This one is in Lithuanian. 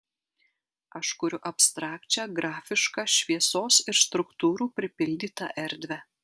aš kuriu abstrakčią grafišką šviesos ir struktūrų pripildytą erdvę